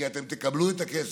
כי אתם תקבלו את הכסף,